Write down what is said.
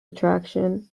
attraction